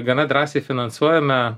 gana drąsiai finansuojame